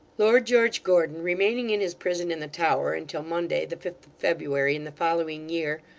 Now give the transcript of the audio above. lord george gordon, remaining in his prison in the tower until monday the fifth of february in the following year,